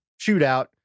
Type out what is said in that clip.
shootout